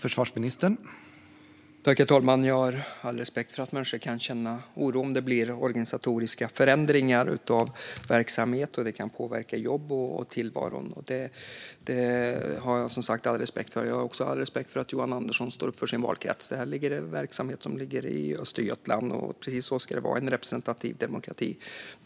Herr talman! Jag har all respekt för att människor kan känna oro om det blir organisatoriska förändringar av verksamhet. Det kan påverka jobbet och tillvaron, och det har jag som sagt all respekt för. Jag har också all respekt för att Johan Andersson står upp för sin valkrets - detta är ju verksamhet som ligger i Östergötland. Precis så ska det vara i en representativ demokrati.